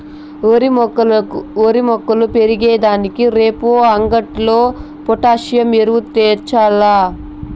ఓరి మొక్కలు పెరిగే దానికి రేపు అంగట్లో పొటాసియం ఎరువు తెచ్చాల్ల